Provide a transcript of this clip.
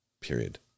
period